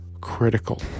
critical